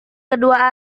kedua